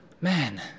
Man